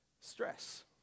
stress